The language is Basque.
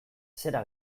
zera